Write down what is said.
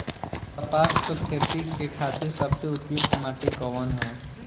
कपास क खेती के खातिर सबसे उपयुक्त माटी कवन ह?